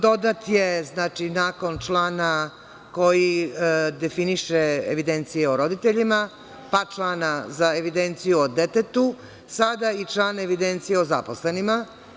Dodat je nakon člana koji definiše evidencije o roditeljima, pa člana za evidenciju o detetu, sada i član evidencije o zaposlenima.